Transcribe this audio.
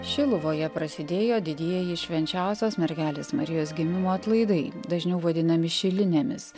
šiluvoje prasidėjo didieji švenčiausios mergelės marijos gimimo atlaidai dažniau vadinami šilinėmis